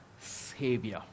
savior